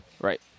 Right